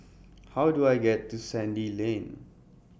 How Do I get to Sandy Lane